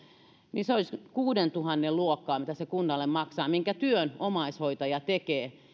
niin se olisi kuudentuhannen luokkaa mitä se kunnalle maksaa minkä työn omaishoitaja tekee